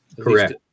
Correct